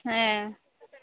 ᱦᱮᱸ